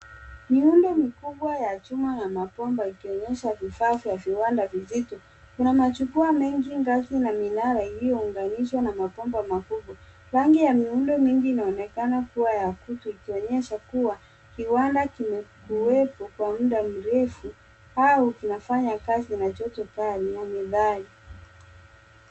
Muundo mkubwa ya chuma na mapomba ikionyesha vifaa vya viwanda vizito kuna majukuwa mengi ngazi na minara iliounganishwa na mapomba makubwa, rangi ya miundo mingi inaonekana kuwa ya kutu ikonyesha kuwa kiwanda kimekuwepo kwa muda mirefu au kinafanya kazi na choto paa nyingi na metali.